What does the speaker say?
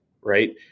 right